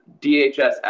DHS